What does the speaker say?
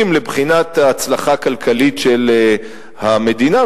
לבחינת ההצלחה הכלכלית של המדינה,